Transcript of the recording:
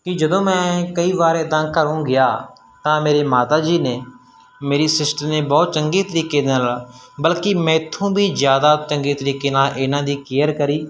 ਵੀ ਜਦੋਂ ਮੈਂ ਕਈ ਵਾਰ ਇੱਦਾਂ ਘਰੋਂ ਗਿਆ ਤਾਂ ਮੇਰੀ ਮਾਤਾ ਜੀ ਨੇ ਮੇਰੀ ਸਿਸਟਰ ਨੇ ਬਹੁਤ ਚੰਗੀ ਤਰੀਕੇ ਦੇ ਨਾਲ ਬਲਕਿ ਮੈਥੋਂ ਵੀ ਜ਼ਿਆਦਾ ਚੰਗੇ ਤਰੀਕੇ ਨਾਲ ਇਹਨਾਂ ਦੀ ਕੇਅਰ ਕਰੀ